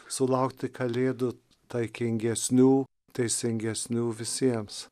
sulaukti kalėdų taikingesnių teisingesnių visiems